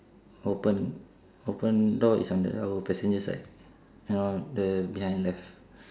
open open door is under our passenger side you know the behind left